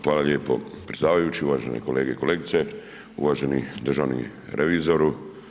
Hvala lijepo predsjedavajući, uvažene kolege i kolegice, uvaženi državni revizoru.